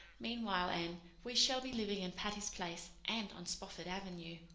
meanwhile, anne, we shall be living in patty's place and on spofford avenue.